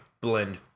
blend